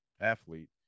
athlete